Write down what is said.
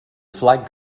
flag